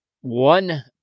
one